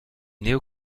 néo